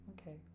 Okay